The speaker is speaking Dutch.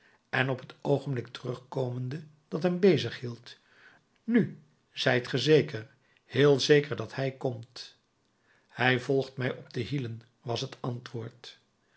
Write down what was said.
en op het oogenblik terugkomende dat hem bezighield nu zijt ge zeker heel zeker dat hij komt hij volgt mij op de hielen was het antwoord